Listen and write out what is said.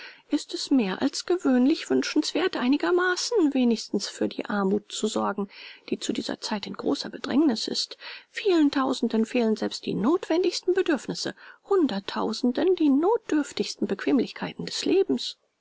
ist es mehr als gewöhnlich wünschenswert einigermaßen wenigstens für die armut zu sorgen die zu dieser zeit in großer bedrängnis ist vielen tausenden fehlen selbst die notwendigsten bedürfnisse hunderttausenden die notdürftigsten bequemlichkeiten des lebens